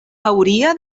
hauria